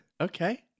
Okay